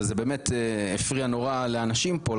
וזה באמת הפריע נורא לאנשים פה,